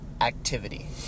activity